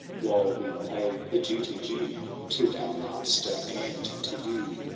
while we pay the duty due to our master and to you.